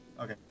Okay